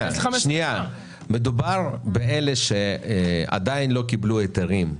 מדובר באלה שעדיין לא קיבלו היתרים.